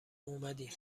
اومدی